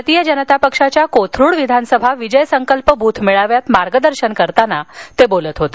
भारतीय जनता पक्षाच्या कोथरूड विधानसभा विजय संकल्प बूथ मेळाव्यात मार्गदर्शन करताना ते बोलत होते